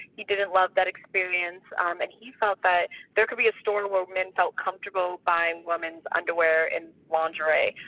he didn't love that experience, um and and he felt that there could be a store where men felt comfortable buying women's underwear and lingerie.